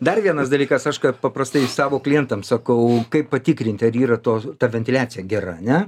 dar vienas dalykas aš ką paprastai savo klientam sakau kaip patikrinti ar yra tos ta ventiliacija gera ane